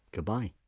goodbye